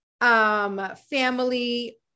family